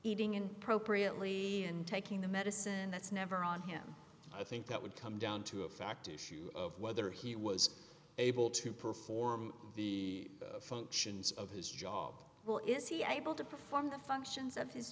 appropriately and taking the medicine that's never on him i think that would come down to a fact issue of whether he was able to perform the functions of his job well is he able to perform the functions of his